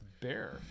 bear